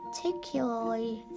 particularly